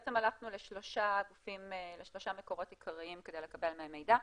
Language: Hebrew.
הלכנו לשלושה מקורות עיקריים כדי לקבל מהם מידע,